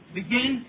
begin